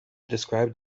described